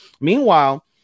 Meanwhile